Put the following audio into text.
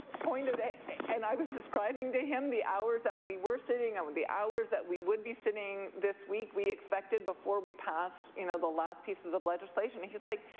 pointed and i was describing to him the hours that we were sitting and the hours that we would be sitting this week, we expected before we passed, you know, the last pieces of legislation, and he's like,